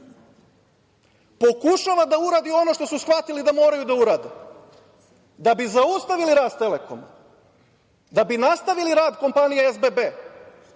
pokušava da uradi ono što su shvatili da moraju da urade. Da bi zaustavili rast „Telekoma“, da bi nastavili rad kompanije SBB,